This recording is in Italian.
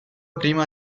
prima